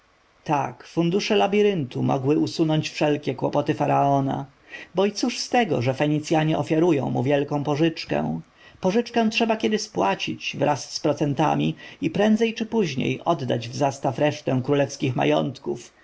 tak fundusze labiryntu mogły usunąć wszystkie kłopoty faraona bo i cóż z tego że fenicjanie ofiarowują mu wielką pożyczkę pożyczkę trzeba kiedyś spłacić wraz z procentami i prędzej czy później oddać w zastaw resztę królewskich majątków